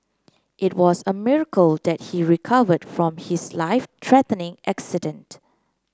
it was a miracle that he recovered from his life threatening accident